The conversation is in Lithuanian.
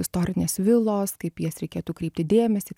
istorinės vilos kaip į jas reikėtų kreipti dėmesį